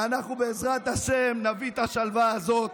ואנחנו, בעזרת השם, נביא את השלווה הזאת.